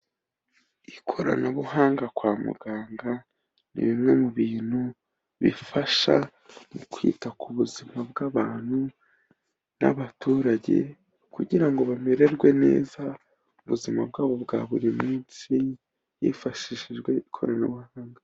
Ikoranabuhanga kwa muganga, ni bimwe mu bintu bifasha mu kwita ku buzima bw'abantu, n'abaturage kugira ngo bamererwe neza ubuzima bwabo bwa buri munsi, hifashishijwe ikoranabuhanga.